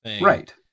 Right